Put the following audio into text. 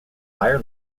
higher